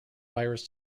virus